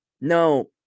no